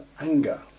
Anger